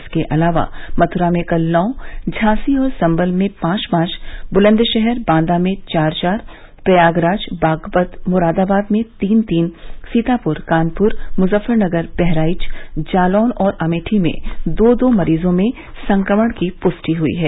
इसके अलावा मथुरा में कल नौ झांसी और संभल में पांच पांच ब्लंदशहर बादा में चार चार प्रयागराज बागपत मुरादाबाद में तीन तीन सीतापुर कानपुर मुजफ्फरनगर बहराइच जालौन और अमेठी में दो दो मरीजों में संक्रमण की पुष्टि हुई है